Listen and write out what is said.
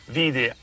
vide